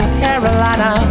carolina